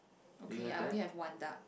okay I only have one duck